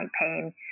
pain